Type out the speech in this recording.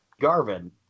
Garvin